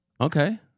Okay